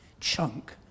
chunk